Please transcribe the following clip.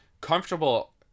comfortable